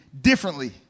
differently